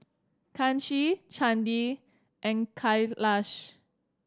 Kanshi Chandi and Kailash